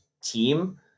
team